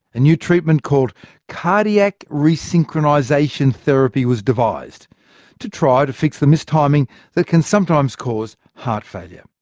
a new treatment called cardiac resynchronisation therapy was devised to try to fix the mistiming that can sometimes cause heart failure.